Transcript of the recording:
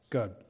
Good